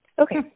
Okay